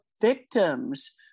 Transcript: victims